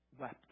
wept